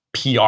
PR